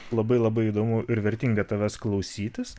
labai labai įdomu ir vertinga tavęs klausytis